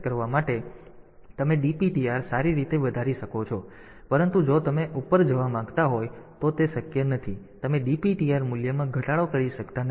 તેથી તમે DPTR સારી રીતે વધારી શકો છો પરંતુ જો તમે ઉપર જવા માંગતા હો તો તે શક્ય નથી તેથી તમે DPTR મૂલ્યમાં ઘટાડો કરી શકતા નથી